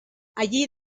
allí